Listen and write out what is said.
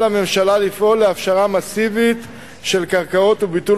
על הממשלה לפעול להפשרה מסיבית של קרקעות ולביטול